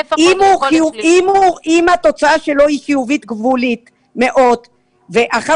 אם התוצאה שלו היא חיובית גבולית מאוד ואחר